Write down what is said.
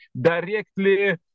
directly